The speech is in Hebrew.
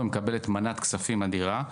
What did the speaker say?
היא מקבלת מנת כספים אדירה.